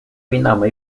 w’inama